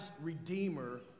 Redeemer